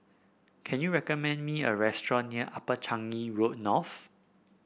can you recommend me a restaurant near Upper Changi Road North